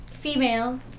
female